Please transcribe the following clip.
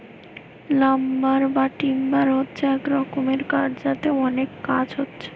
lumber বা timber হচ্ছে এক রকমের কাঠ যাতে অনেক কাজ হচ্ছে